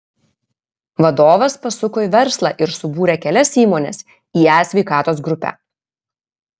vadovas pasuko į verslą ir subūrė kelias įmones į e sveikatos grupę